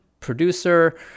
producer